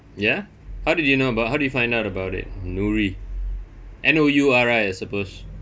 ya how did you know about how did you find out about it Nouri N_O_U_R_I I suppose